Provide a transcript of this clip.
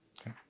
Okay